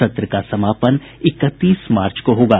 सत्र का समापन इकतीस मार्च को होगा